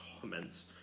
comments